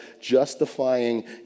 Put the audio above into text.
justifying